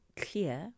clear